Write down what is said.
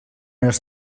els